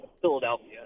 Philadelphia